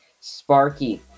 Sparky